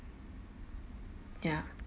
ya